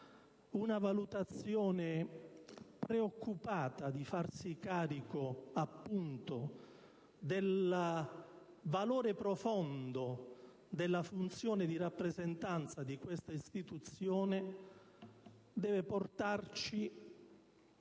e la preoccupazione di farsi carico del valore profondo della funzione di rappresentanza di questa istituzione debba portarci